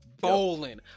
bowling